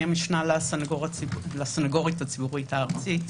אני המשנה לסנגורית הציבורית הארצית.